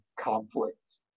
conflicts